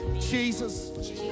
Jesus